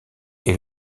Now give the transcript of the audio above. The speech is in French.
est